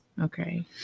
Okay